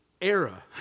era